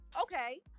okay